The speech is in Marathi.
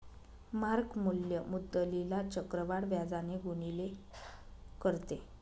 मार्क मूल्य मुद्दलीला चक्रवाढ व्याजाने गुणिले करते